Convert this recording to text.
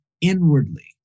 inwardly